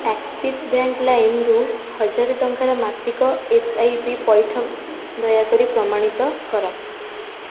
Axis bank ଲାଇମ୍ରୁ ହଜାରେ ଟଙ୍କାର ମାସିକ ଏସ୍ ଆଇ ପି ପଇଠ ଦୟାକରି ପ୍ରମାଣିତ କର